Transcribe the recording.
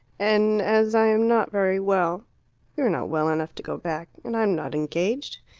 and as i am not very well you are not well enough to go back. and i am not engaged.